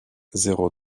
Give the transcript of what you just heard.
zéro